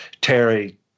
Terry